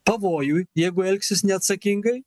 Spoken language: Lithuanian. pavojų jeigu elgsis neatsakingai